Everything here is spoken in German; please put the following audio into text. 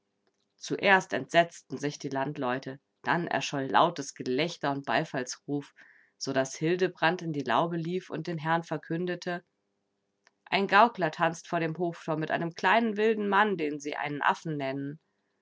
zuerst entsetzten sich die landleute dann erscholl lautes gelächter und beifallsruf so daß hildebrand in die laube lief und den herren verkündete ein gaukler tanzt vor dem hoftor mit einem kleinen wilden mann den sie einen affen nennen